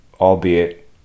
albeit